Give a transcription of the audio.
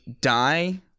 die